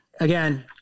Again